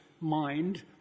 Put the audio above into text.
mind